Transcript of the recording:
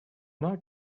not